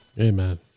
Amen